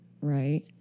right